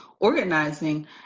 organizing